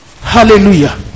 Hallelujah